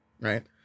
right